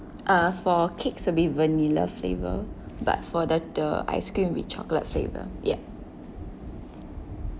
uh for cakes will be vanilla flavour but for the the ice cream will be chocolate flavour ya